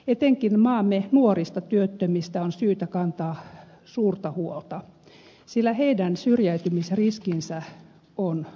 etenkin maamme nuorista työttömistä on syytä kantaa suurta huolta sillä heidän syrjäytymisriskinsä on suuri